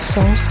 Soul